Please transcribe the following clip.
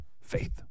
Faith